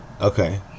Okay